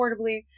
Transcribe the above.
affordably